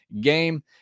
game